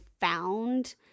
found